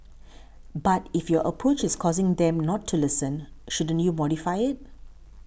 but if your approach is causing them to not listen shouldn't you modify it